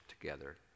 together